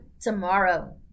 tomorrow